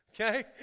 Okay